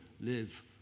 live